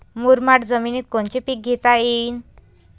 मुरमाड जमिनीत कोनचे पीकं घेता येईन?